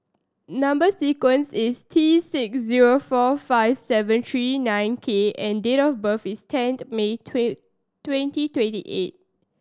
number sequence is T six zero four five seven three nine K and date of birth is tenth May twenty twenty eight